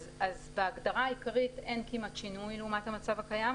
בהגדרה העיקרית אין כמעט שינוי לעומת המצב הקיים,